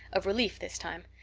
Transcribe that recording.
of relief this time.